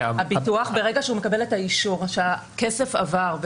ברגע שהוא מקבל את האישור שהכסף עבר,